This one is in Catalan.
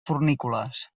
fornícules